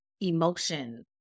emotion